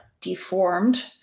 deformed